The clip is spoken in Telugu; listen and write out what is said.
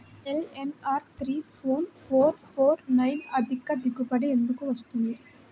LNR three four four four nine అధిక దిగుబడి ఎందుకు వస్తుంది?